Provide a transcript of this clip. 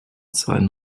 seinen